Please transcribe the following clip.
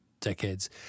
decades